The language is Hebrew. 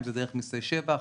דרך מיסי שבח,